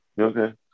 Okay